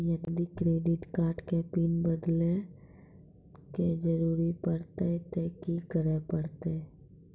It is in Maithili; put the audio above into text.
यदि क्रेडिट कार्ड के पिन बदले के जरूरी परतै ते की करे परतै?